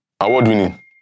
award-winning